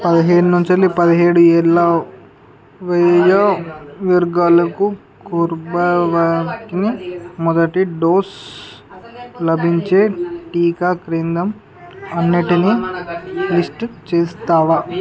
పదిహేను నుంచి పదిహేడు ఏళ్ళ వయో వర్గాలకు కొర్భావ్యాక్సిన్ మొదటి డోస్ లభించే టికా కేంద్రం అన్నిటినీ లిస్ట్ చేస్తావా